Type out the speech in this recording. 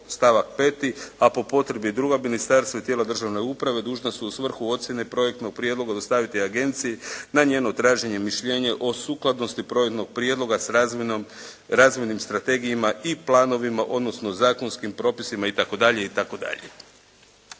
stavak 5. a po potrebi i druga ministarstva i tijela državne uprave dužna su u svrhu ocjene projektnog prijedloga dostaviti agenciji na njeno traženo mišljenje o sukladnosti projektnog prijedloga s razmjernim strategijama i planovima, odnosno zakonskim propisima itd.,